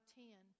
ten